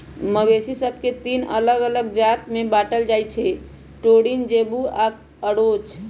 मवेशि सभके तीन अल्लग अल्लग जात में बांटल जा सकइ छै टोरिन, जेबू आऽ ओरोच